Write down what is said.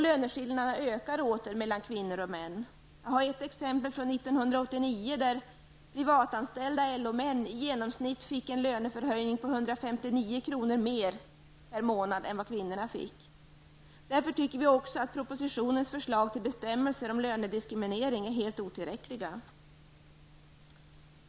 Löneskillnaderna mellan kvinnor och män ökar nu åter. 1989 fick t.ex. privatanställda LO-män en genomsnittlig lönehöjning med 159 kr. per månad mer än vad kvinnorna fick. Därför anser vi också att propositionens förslag till bestämmelser om lönediskriminering är helt otillräckliga.